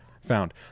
found